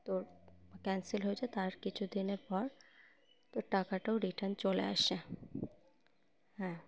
তোর ক্যান্সেল হয়েছে তার কিছু দিনের পর তোর টাকাটাও রিটার্ন চলে আসে হ্যাঁ